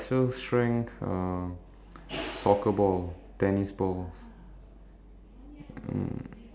and then imagine like those guys like to use their heads to bounce uh you know juggle the ball !oof!